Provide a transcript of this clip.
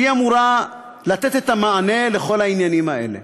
שאמורה לתת את המענה על כל העניינים האלה.